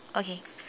okay